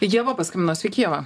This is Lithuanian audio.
ieva paskambino sveiki ieva